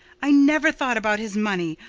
i never thought about his money.